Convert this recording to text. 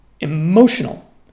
emotional